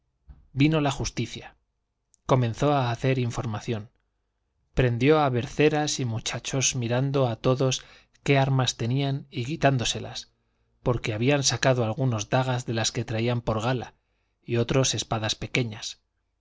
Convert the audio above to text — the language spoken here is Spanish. vino la justicia comenzó a hacer información prendió a berceras y muchachos mirando a todos qué armas tenían y quitándoselas porque habían sacado algunos dagas de las que traían por gala y otros espadas pequeñas